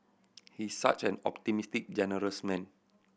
he is such an optimistic generous man